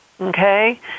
okay